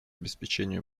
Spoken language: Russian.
обеспечению